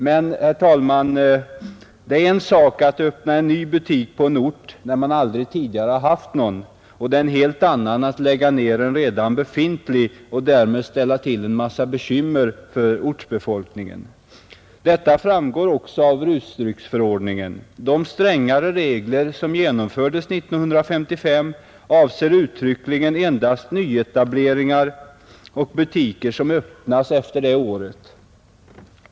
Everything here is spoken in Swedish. Men, herr talman, det är en sak att öppna en ny butik på en ort, där man aldrig tidigare har haft någon, och en annan att lägga ned en redan befintlig butik och därmed ställa till med en massa bekymmer för ortsbefolkningen. Detta framgår också av rusdrycksförordningen. De strängare regler som genomfördes 1955 avser uttryckligen endast nyetableringar och butiker som öppnats efter det året.